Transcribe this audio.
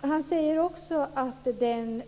Han säger också att